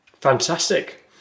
Fantastic